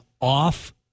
off